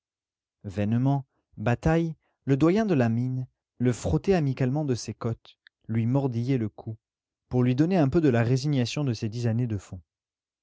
vainement bataille le doyen de la mine le frottait amicalement de ses côtes lui mordillait le cou pour lui donner un peu de la résignation de ses dix années de fond